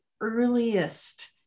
earliest